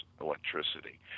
electricity